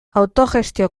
autogestio